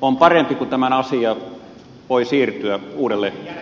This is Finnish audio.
on parempi kun tämä asia voi siirtyä uudelle eduskunnalle